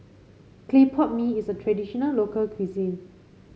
Clay Pot Mee is a traditional local cuisine